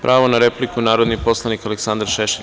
Pravo na repliku narodni poslanik Aleksandar Šešelj.